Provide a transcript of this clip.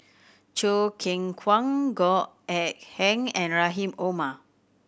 Choo Keng Kwang Goh Eck Kheng and Rahim Omar